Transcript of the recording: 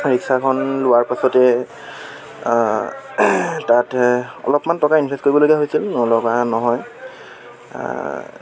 ৰিক্সাখন লোৱাৰ পাছতে তাত অলপমান টকা ইনভেষ্ট কৰিবলগীয়া হৈছিল নলগা নহয়